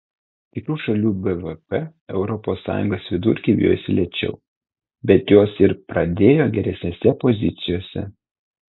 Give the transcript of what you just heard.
kitų šalių bvp europos sąjungos vidurkį vijosi lėčiau bet jos ir pradėjo geresnėse pozicijose